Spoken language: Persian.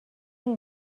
این